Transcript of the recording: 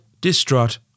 distraught